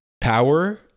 power